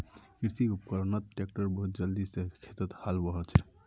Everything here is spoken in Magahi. कृषि उपकरणत ट्रैक्टर बहुत जल्दी स खेतत हाल बहें दिछेक